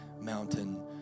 mountain